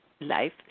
life